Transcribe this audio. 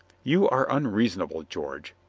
you are unreasonable, george,